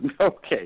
Okay